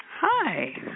Hi